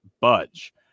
budge